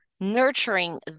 nurturing